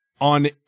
on